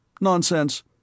Nonsense